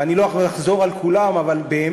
ואני לא יכול לחזור על כולם, אבל באמת